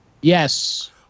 yes